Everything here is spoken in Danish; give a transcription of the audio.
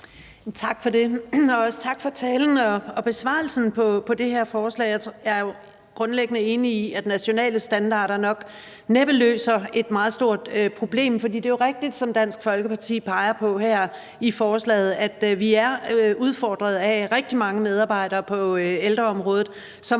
Tak for det. Og også tak for talen og besvarelsen i forbindelse med det her forslag. Jeg er jo grundlæggende enig i, at nationale standarder nok næppe løser dette meget store problem, for det jo rigtigt, som Dansk Folkeparti peger på her i forslaget, at vi er udfordret af, at rigtig mange medarbejdere på ældreområdet